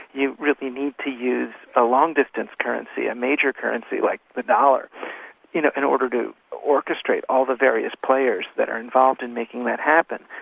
you really need to use a long-distance currency, a major currency like the dollar you know in order to orchestrate all the various players that are involved in making that happen.